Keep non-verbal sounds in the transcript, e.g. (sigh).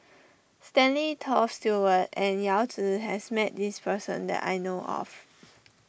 Stanley Toft Stewart and Yao Zi has met this person that (noise) I know of